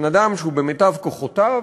בן-אדם שהוא במיטב כוחותיו